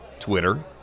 Twitter